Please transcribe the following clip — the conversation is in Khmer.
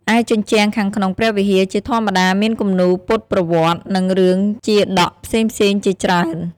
ឯជញ្ជាំងខាងក្នុងព្រះវិហារជាធម្មតាមានគំនូរពុទ្ធប្រវត្តិ និងរឿងជាតកផ្សេងៗជាច្រើន។